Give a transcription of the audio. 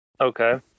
okay